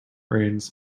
rains